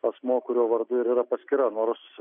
asmuo kurio vardu ir yra paskyra nors